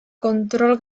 control